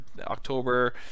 October